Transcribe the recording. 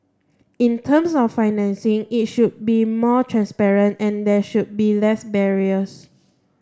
in terms of financing it should be more transparent and there should be less barriers